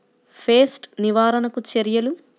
Pest నివారణకు చర్యలు?